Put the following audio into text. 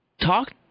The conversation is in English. Talk